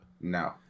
no